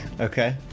Okay